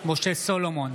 משה סולומון,